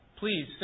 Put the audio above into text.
Please